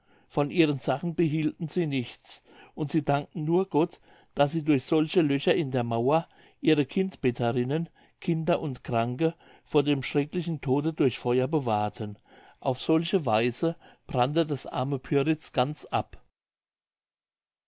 von ihren sachen behielten sie nichts und sie dankten nur gott daß sie durch solche löcher in der mauer ihre kindbetterinnen kinder und kranke vor dem schrecklichen tode durch feuer bewahrten auf solche weise brannte das arme pyritz ganz ab